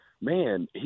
man